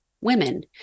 women